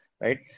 right